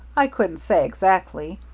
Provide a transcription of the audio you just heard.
i couldn't say exactly.